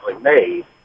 made